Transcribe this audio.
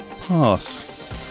Pass